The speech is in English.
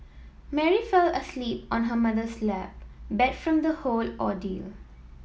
Mary fell asleep on her mother's lap beat from the whole ordeal